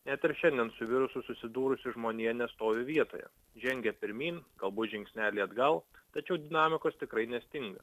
net ir šiandien su virusu susidūrusi žmonija nestovi vietoje žengia pirmyn galbūt žingsnelį atgal tačiau dinamikos tikrai nestinga